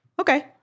Okay